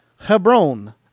Hebron